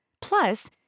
Plus